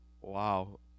Wow